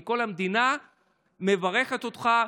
כי כל המדינה מברכת אותך,